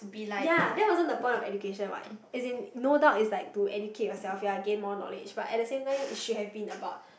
ya that wasn't the point of education what as in no doubt is like to educate yourself ya gain more knowledge but at the same time it should have been about